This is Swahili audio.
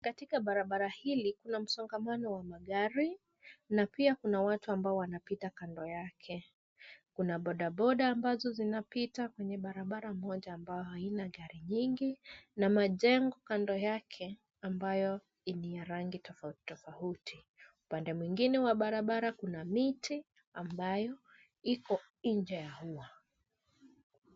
Katika barabara hili kuna msongamano wa magari na pia kuna watu ambao wanapita kando yake. Kuna boda boda ambazo zinapita kwenye barabara moja ambayo haina gari nyingi na majengo kando yake ambayo ni ya rangi tofauti tofauti. Upande mwengine wa barabara kuna miti ambayo iko nje ya ua.